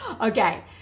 okay